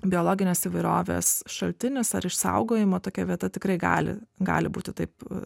biologinės įvairovės šaltinis ar išsaugojimo tokia vieta tikrai gali gali būti taip